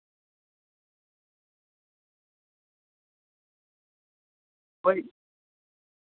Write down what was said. ᱦᱳᱭ